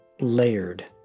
layered